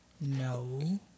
No